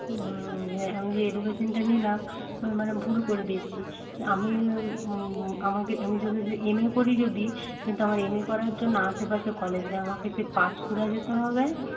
আমি যে এডুকেশনটা নিলাম মানে ভুল করে দিয়েছি আমি আমাকে আমি এমএ করি যদি কিন্তু আমার এমএ করার জন্য আশেপাশে কলেজ নেই আমাকে সেই পাঁশকুড়া যেতে হবে